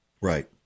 Right